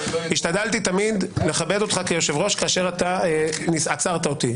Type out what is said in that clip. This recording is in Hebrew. השתדלתי תמיד לכבד אותך כיושב-ראש כאשר אתה עצרת אותי,